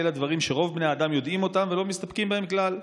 "אלא דברים שרוב בני האדם יודעים אותם ולא מסתפקים בהם כלל,